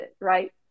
right